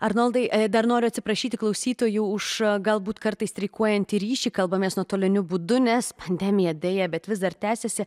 arnoldai dar noriu atsiprašyti klausytojų už galbūt kartais streikuojantį ryšį kalbamės nuotoliniu būdu nes pandemija deja bet vis dar tęsiasi